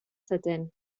sydyn